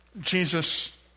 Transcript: Jesus